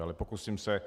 Ale pokusím se.